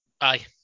Aye